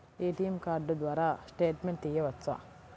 ATM card ద్వారా statement తీయవచ్చా?